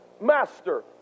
master